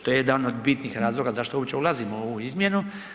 To je jedan od bitnih razloga zašto uopće ulazimo u ovu izmjenu.